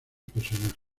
personaje